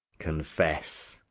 confess,